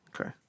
Okay